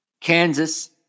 Kansas